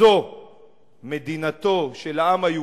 שזו מדינתו של העם היהודי,